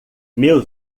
meu